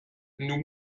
nous